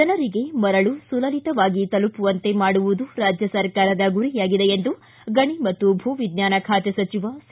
ಜನರಿಗೆ ಮರಳು ಸುಲಲಿತವಾಗಿ ತಲುಪುವಂತೆ ಮಾಡುವುದು ರಾಜ್ಯ ಸರ್ಕಾರದ ಗುರಿಯಾಗಿದೆ ಎಂದು ಗಣಿ ಮತ್ತು ಭೂ ವಿಜ್ಞಾನ ಖಾತೆ ಸಚಿವ ಸಿ